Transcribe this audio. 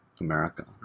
America